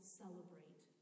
celebrate